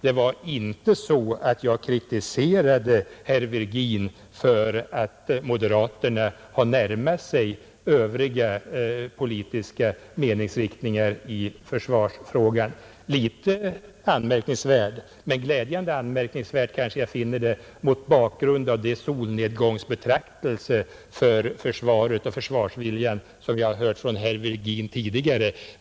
Det var inte så att jag kritiserade herr Virgin för att moderaterna har närmat sig övriga politiska meningsriktningar i försvarsfrågan. Litet anmärkningsvärt — men glädjande anmärkningsvärt — kanske jag finner det mot bakgrund av de solnedgångsbetraktelser över försvaret och försvarsviljan som jag har hört från herr Virgin tidigare.